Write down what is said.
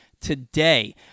today